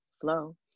flow